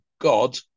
god